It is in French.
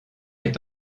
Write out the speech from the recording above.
est